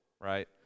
Right